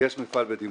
יש מפעל בדימונה,